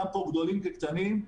גם פה גדולים כקטנים,